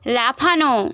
লাফানো